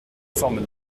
forme